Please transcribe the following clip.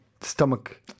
stomach